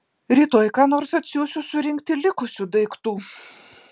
rytoj ką nors atsiųsiu surinkti likusių daiktų